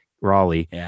Raleigh